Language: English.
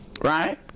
Right